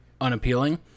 unappealing